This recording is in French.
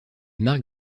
marc